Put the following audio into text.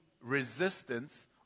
resistance